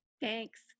Thanks